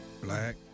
Black